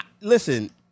Listen